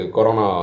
Corona